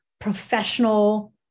professional